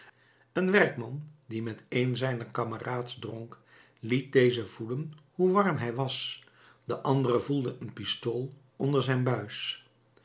een werkman die met een zijner kameraads dronk liet dezen voelen hoe warm hij was de andere voelde een pistool onder zijn buis